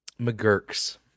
McGurk's